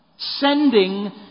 Sending